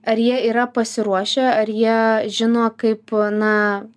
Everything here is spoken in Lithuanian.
ar jie yra pasiruošę ar jie žino kaip na